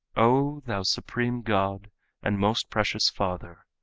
o thou supreme god and most precious father,